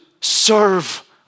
serve